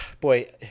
boy